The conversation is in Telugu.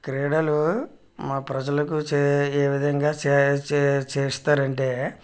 క్రీడలు మా ప్రజలకు చే ఏ విధంగా చే చే చేస్తారంటే